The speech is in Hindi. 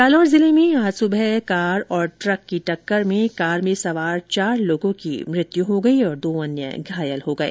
जालौर जिले में आज सुबह कार और ट्रक की टक्कर में कार में सवार चार लोगों की मृत्यु हो गई और दो लोग घायल हो गए